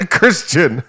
Christian